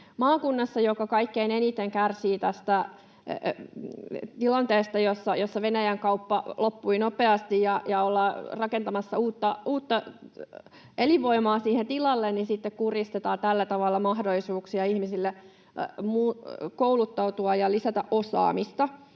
maakunnassa, joka kaikkein eniten kärsii tästä tilanteesta, jossa Venäjän-kauppa loppui nopeasti ja ollaan rakentamassa uutta elinvoimaa siihen tilalle, sitten kurjistetaan tällä tavalla mahdollisuuksia ihmisille kouluttautua ja lisätä osaamista.